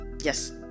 yes